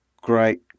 great